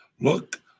Look